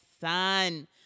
son